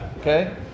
Okay